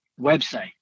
website